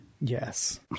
Yes